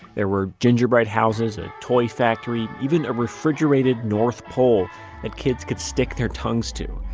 there were gingerbread houses, a toy factory, even a refrigerated north pole that kids could stick their tongues to